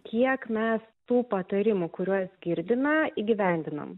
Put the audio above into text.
kiek mes tų patarimų kuriuos girdime įgyvendinam